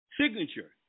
Signature